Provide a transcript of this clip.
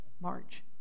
march